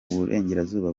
burengerazuba